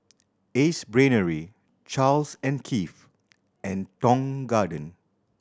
Ace Brainery Charles and Keith and Tong Garden